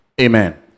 Amen